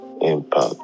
impact